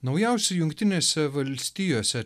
naujausi jungtinėse valstijose